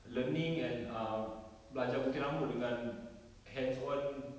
learning and um belajar gunting rambut dengan hands on